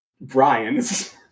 Brian's